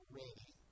ready